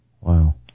Wow